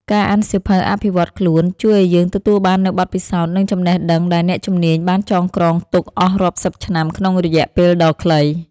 ការអានសៀវភៅអភិវឌ្ឍខ្លួនជួយឱ្យយើងទទួលបាននូវបទពិសោធន៍ និងចំណេះដឹងដែលអ្នកជំនាញបានចងក្រងទុកអស់រាប់សិបឆ្នាំក្នុងរយៈពេលដ៏ខ្លី។